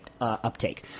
uptake